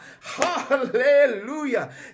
Hallelujah